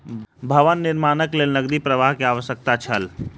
भवन निर्माणक लेल नकदी प्रवाह के आवश्यकता छल